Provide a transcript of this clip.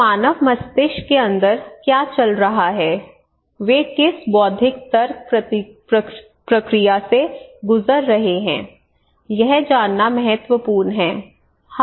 तो मानव मस्तिष्क के अंदर क्या चल रहा है वे किस बौद्धिक तर्क प्रक्रिया से गुजर रहे हैं यह जानना महत्वपूर्ण है